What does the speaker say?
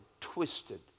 twisted